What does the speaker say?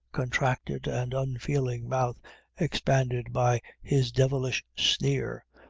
contracted, and unfeeling mouth expanded by his devilish sneer,